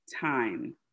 time